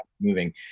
moving